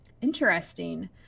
Interesting